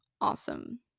awesome